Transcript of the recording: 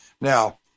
Now